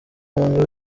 mwumva